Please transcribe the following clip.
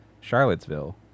Charlottesville